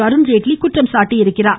அருண்ஜேட்லி குற்றம் சாட்டியுள்ளார்